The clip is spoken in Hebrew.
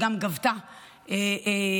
שגם גבתה נפש,